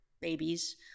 babies